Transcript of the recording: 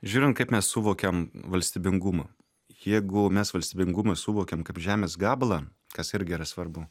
žiūrint kaip mes suvokiam valstybingumą jeigu mes valstybingumą suvokiam kaip žemės gabalą kas irgi yra svarbu